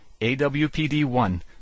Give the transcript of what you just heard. AWPD-1